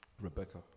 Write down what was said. Rebecca